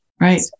Right